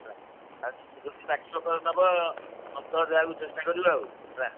ହେଲା ଆଉ ଯଦି ଯଦି ବାକି ବୁକର ନେବ ଅନ୍ତର ଦେବାକୁ ଚେଷ୍ଟା କରିବ ଆଉ ହେଲା